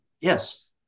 Yes